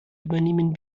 übernehmen